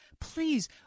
please